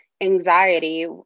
anxiety